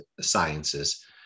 sciences